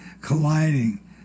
colliding